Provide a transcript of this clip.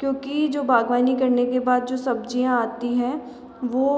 क्योंकि जो बागवानी करने के बाद जो सब्ज़ियाँ आती हैं वो